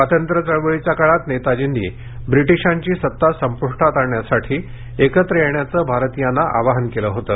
स्वातंत्र्य चळवळीच्या काळात नेताजींनी ब्रिटीशांची सत्ता संपुष्टात आणण्यासाठी एकत्र येण्याचं भारतीयांना आवाहन केलं होतं